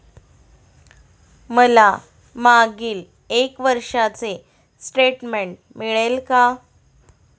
मला मागील एक वर्षाचे स्टेटमेंट मिळेल का?